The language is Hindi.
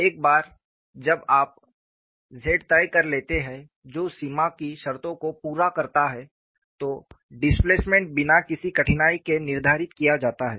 एक बार जब आप z तय कर लेते हैं जो सीमा की शर्तों को पूरा करता है तो डिस्प्लेसमेंट बिना किसी कठिनाई के निर्धारित किया जाता है